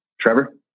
Trevor